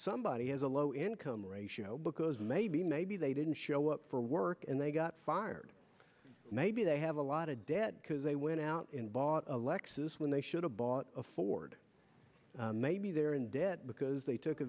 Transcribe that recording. somebody has a low income ratio because maybe maybe they didn't show up for work and they got fired maybe they have a lot of debt because they went out and bought a lexus when they should have bought a ford maybe they're in debt because they took a